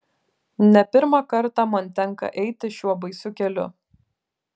ne pirmą kartą man tenka eiti šiuo baisiu keliu